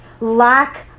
lack